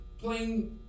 playing